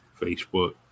Facebook